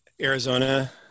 Arizona